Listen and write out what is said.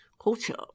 culture